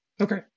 Okay